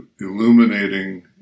illuminating